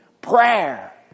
Prayer